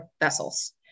vessels